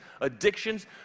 addictions